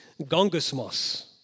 gongosmos